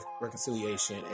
reconciliation